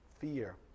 fear